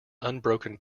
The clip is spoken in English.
unbroken